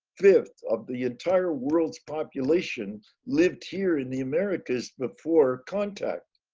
fifth of the entire world's population lived here in the americas before contact